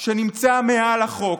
שנמצא מעל החוק,